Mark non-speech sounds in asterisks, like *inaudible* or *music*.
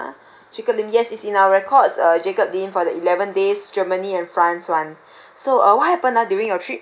*breath* jacob lim yes is in our records uh jacob lim for the eleven days germany and france [one] *breath* so uh what happened ah during your trip